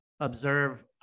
observe